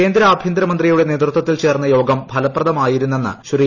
കേന്ദ്ര ആഭ്യന്തരമന്ത്രിയുടെ നേതൃത്വത്തിൽ ചേർന്ന യോഗം ഫലപ്രദമായിരുന്നെന്ന് ശ്രീ